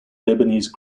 lebanese